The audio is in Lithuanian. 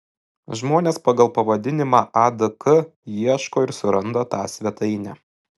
žmonės pagal pavadinimą adk ieško ir suranda tą svetainę